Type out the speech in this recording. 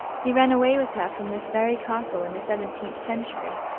he ran away with her from this very castle in the seventeenth century.